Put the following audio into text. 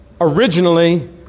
originally